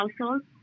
households